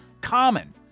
common